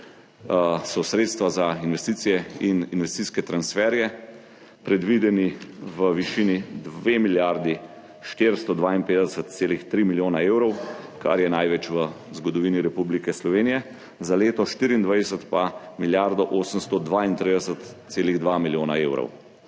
so sredstva za investicije in investicijske transferje predvidena v višini 2 milijardi 452,3 milijona evrov, kar je največ v zgodovini Republike Slovenije, za leto 2024 pa milijardo 832,2 milijona evrov.